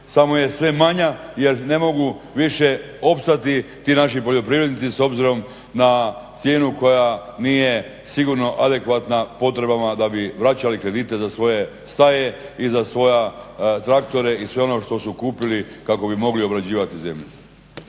samo je sve manja jer ne mogu više opstati ti naši poljoprivrednici s obzirom na cijenu koja nije sigurno adekvatna potrebama da bi vraćali kredite za svoje staje i za svoje traktore i sve ono što su kupili kako bi mogli obrađivati zemlju.